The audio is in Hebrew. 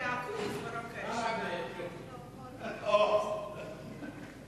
בעד ערוץ ערבי.